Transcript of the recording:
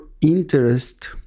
interest